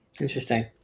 Interesting